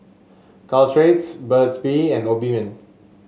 Caltrate's Burt's Bee and Obimin